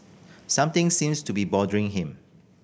something seems to be bothering him